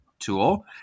tool